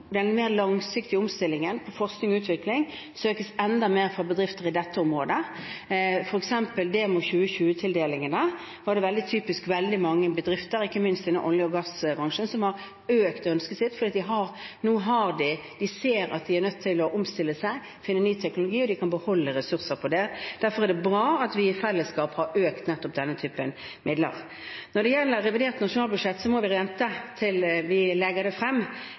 den mer langsiktige omstillingen innen forskning og utvikling, søkes det om enda mer fra bedrifter i dette området. For eksempel fra Demo2020-tildelingene er det veldig mange bedrifter, ikke minst innen olje- og gassbransjen, som har ønsket mer, fordi de nå ser at de er nødt til å omstille seg og finne ny teknologi, og at de kan beholde ressurser med dette. Derfor er det bra at vi i fellesskap har økt nettopp denne typen midler. Når det gjelder revidert nasjonalbudsjett, må man vente til vi legger det frem,